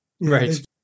Right